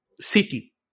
City